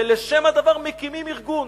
ולשם כך מקימים ארגון.